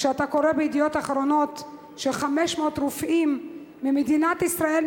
כשאתה קורא ב"ידיעות אחרונות" ש-500 רופאים ממדינת ישראל,